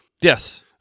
Yes